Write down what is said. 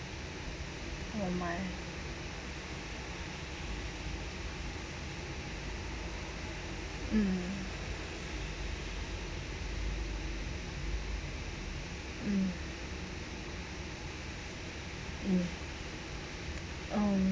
oh my mm mm mm um